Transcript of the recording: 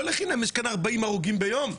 לא לחינם יש פה 40 הרוגים ביום.